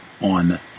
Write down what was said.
on